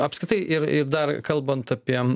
apskritai ir ir dar kalbant apie